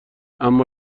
اما